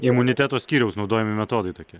imuniteto skyriaus naudojami metodai tokie